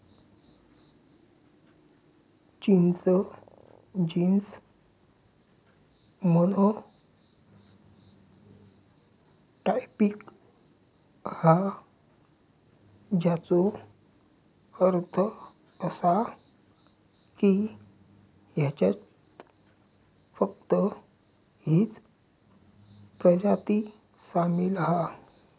चिंच genes monotypic हा, ज्याचो अर्थ असा की ह्याच्यात फक्त हीच प्रजाती सामील हा